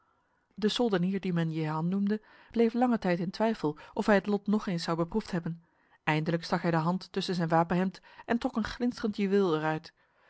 de soldenier die men jehan noemde bleef lange tijd in twijfel of hij het lot nog eens zou beproefd hebben eindelijk stak hij de hand tussen zijn wapenhemd en trok een glinsterend juweel eruit